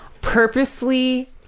purposely